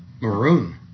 maroon